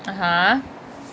uh